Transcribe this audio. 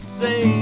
say